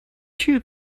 two